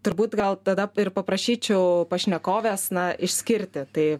turbūt gal tada ir paprašyčiau pašnekovės na išskirti tai